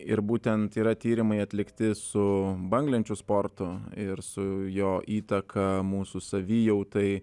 ir būtent yra tyrimai atlikti su banglenčių sportu ir su jo įtaką mūsų savijautai